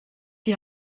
die